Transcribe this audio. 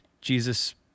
Jesus